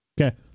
Okay